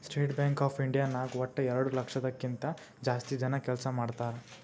state Bank of India ನಾಗ್ ವಟ್ಟ ಎರಡು ಲಕ್ಷದ್ ಕಿಂತಾ ಜಾಸ್ತಿ ಜನ ಕೆಲ್ಸಾ ಮಾಡ್ತಾರ್